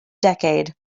decade